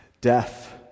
Death